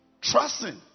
Trusting